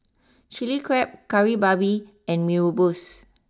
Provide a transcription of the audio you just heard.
Chilli Crab Kari Babi and Mee Rebus